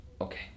okay